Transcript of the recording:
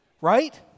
Right